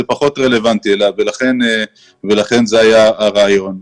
זה פחות רלוונטי אליו ולכן זה היה הרעיון.